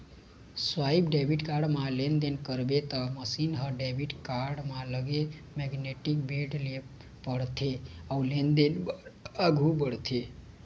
swipe debit card म लेनदेन करबे त मसीन ह डेबिट कारड म लगे मेगनेटिक बेंड ल पड़थे अउ लेनदेन बर आघू बढ़थे